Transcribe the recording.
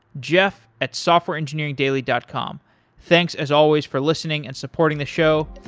jeff at softwareengineeringdaily dot com. thanks as always for listening and supporting the show,